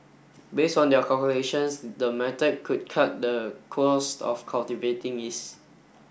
based on their calculations the method could cut the cost of cultivating yeast